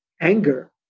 anger